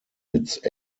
its